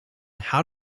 how